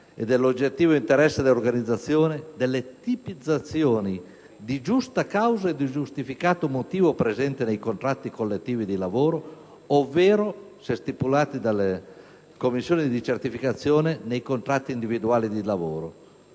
e dell'oggettivo interesse dell'organizzazione, anche delle tipizzazioni di giusta causa e di giustificato motivo presente nei contratti collettivi di lavoro, ovvero se stipulati dalle commissioni di certificazione nei contratti individuali di lavoro.